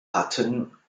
patten